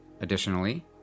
Additionally